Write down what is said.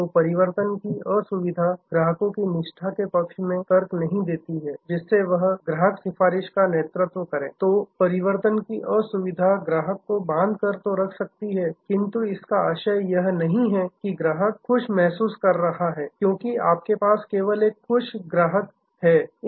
तो परिवर्तन की असुविधा ग्राहकों की निष्ठा के पक्ष में तर्क नहीं देती है जिससे वह ग्राहक सिफारिश का नेतृत्व करें तो परिवर्तन की असुविधा ग्राहक को बांध कर तो रख सकती है किंतु इसका आशय यह नहीं है कि ग्राहक खुश महसूस कर रहा है क्योंकि आपके पास केवल एक खुश ग्राहक डीलाइटफुल कस्टमर है